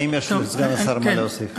האם יש לסגן השר מה להוסיף?